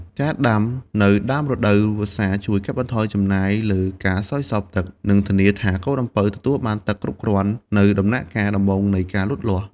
ការដាំនៅដើមរដូវវស្សាជួយ កាត់បន្ថយការចំណាយលើការស្រោចស្រពទឹក និងធានាថាកូនអំពៅទទួលបានទឹកគ្រប់គ្រាន់នៅដំណាក់កាលដំបូងនៃការលូតលាស់។